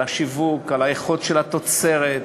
על השיווק, על האיכות של התוצרת,